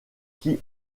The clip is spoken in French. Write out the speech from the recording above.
qui